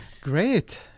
Great